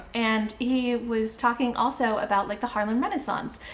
and he was talking also about, like, the harlem renaissance,